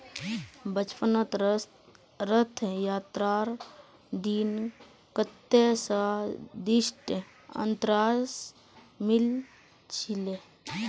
बचपनत रथ यात्रार दिन कत्ते स्वदिष्ट अनन्नास मिल छिले